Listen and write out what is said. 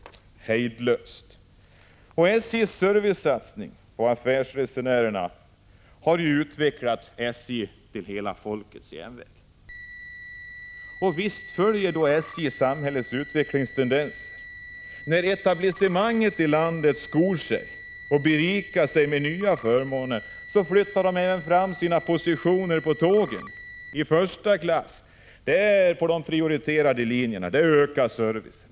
SJ:s servicesatsning på affärsresenärerna har utvecklat SJ till hela folkets järnväg. Och visst följer SJ då samhällets utvecklingstendenser! När etablissemanget skor sig och berikar sig med nya förmåner, flyttar etablissemanget även fram sina positioner då det gäller tågen. I första klass på de prioriterade linjerna ökar servicen.